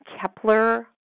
Kepler